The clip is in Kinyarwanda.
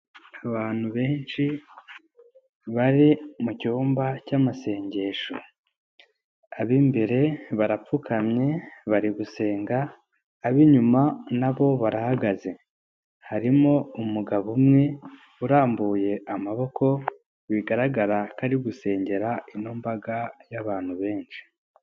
Abantu benshi bari mu cyumba cy'amasengesho ab'imbere barapfukamye bari gusenga ab'inyuma na bo barahagaze harimo umugabo umwe urambuye amaboko bigaragara kori gusengera ino mbaga y'abantu benshi.